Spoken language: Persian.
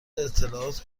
اطلاعات